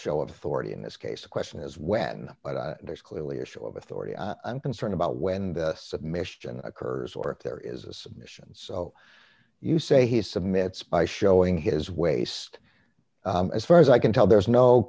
show of authority in this case the question is when there's clearly a show of authority and concern about when the submission occurs or if there is a submission so you say he submits by showing his waist as far as i can tell there's no